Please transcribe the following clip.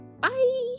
Bye